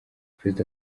perezida